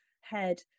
head